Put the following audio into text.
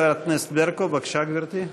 חברת הכנסת ברקו, בבקשה, גברתי.